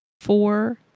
four